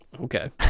Okay